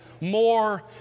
more